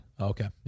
okay